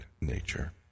nature